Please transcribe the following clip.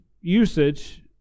usage